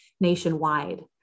nationwide